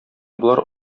болар